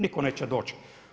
Nitko neće doći.